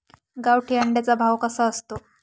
गावठी अंड्याचा भाव कसा असतो?